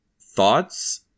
thoughts